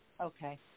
Okay